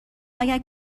اگر